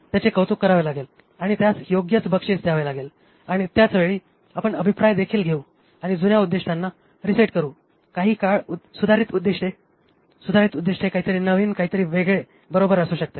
त्याचे कौतुक करावे लागेल आणि त्यास योग्यच बक्षीस द्यावे लागेल आणि त्याच वेळी आपण अभिप्राय देखील घेऊ आणि जुन्या उद्दीष्टांना रीसेट करु काही काळ सुधारित उद्दिष्टे सुधारित उद्दिष्टे काहीतरी नवीन काहीतरी वेगळे बरोबर असू शकते